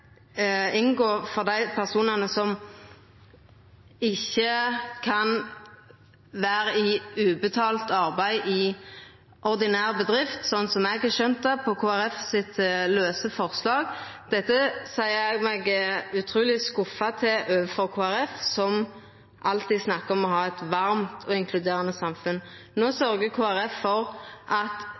dei personane som ikkje kan vera i ubetalt arbeid i ordinær bedrift, slik eg har skjønt det av Kristeleg Folkeparti sitt lause forslag. Dette gjer meg utruleg skuffa over Kristeleg Folkeparti, som alltid snakkar om å ha eit varmt og inkluderande samfunn. No sørgjer Kristeleg Folkeparti for at